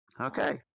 Okay